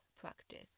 practice